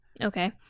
Okay